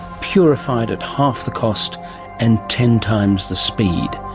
purified at half the cost and tens times the speed,